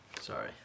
Sorry